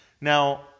Now